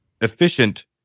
efficient